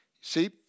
See